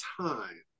time